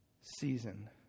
season